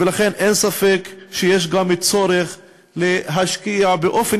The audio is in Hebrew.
ולכן אין ספק שיש גם צורך להשקיע באופן